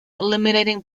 eliminating